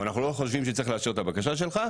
או אנחנו לא חושבים שצריך לאשר את הבקשה שלך,